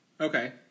Okay